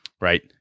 Right